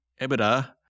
EBITDA